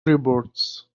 reports